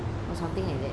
or something like that